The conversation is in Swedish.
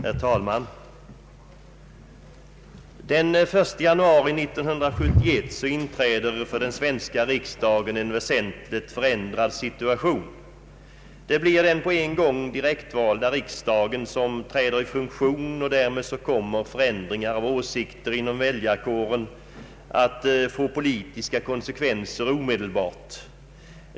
Herr talman! Den 1 januari 1971 inträder för den svenska riksdagen en väsentligt förändrad situation. Det blir den på en gång direktvalda riksdagen som träder i funktion, och därmed kommer förändringar av åsikter inom väljarkåren att få politiska konsekvenser omedelbart.